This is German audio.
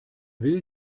will